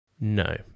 No